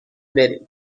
بریم